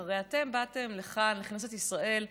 הרי אתם באתם לכאן, לכנסת ישראל,